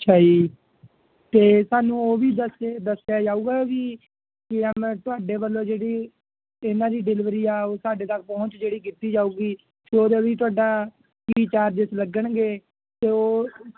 ਅੱਛਾ ਜੀ ਅਤੇ ਸਾਨੂੰ ਉਹ ਵੀ ਦੱਸੇ ਦੱਸਿਆ ਜਾਵੇਗਾ ਵੀ ਕਿਵੇ ਤੁਹਾਡੇ ਵੱਲੋਂ ਜਿਹੜੀ ਇਹਨਾਂ ਦੀ ਡਿਲੀਵਰੀ ਆ ਉਹ ਸਾਡੇ ਤੱਕ ਪਹੁੰਚ ਜਿਹੜੀ ਕੀਤੀ ਜਾਵੇਗੀ ਅਤੇ ਓਦੋਂ ਵੀ ਤੁਹਾਡਾ ਕੀ ਚਾਰਜ ਲੱਗਣਗੇ ਅਤੇ ਉਹ